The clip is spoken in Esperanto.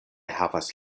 havas